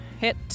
hit